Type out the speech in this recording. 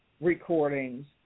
Recordings